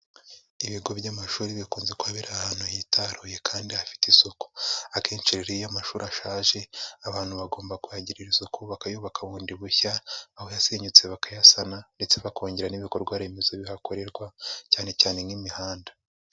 Ibigo by'amashuri bikunze kuba biri ahantu hitaruye kandi hafite isuku, akenshi rero iyo amashuri ashaje abantu bagomba kuhagirira isuku, bakayubaka bundi bushya aho yasenyutse bakayasana ndetse bakongera n'ibikorwa remezo bihakorerwa, cyane cyane nk'imihanda.